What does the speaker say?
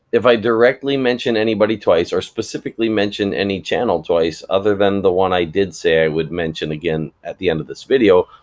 if i directly mention anybody twice, or specifically mention any channel twice, other than the one i did say i would mention again at the end of this video,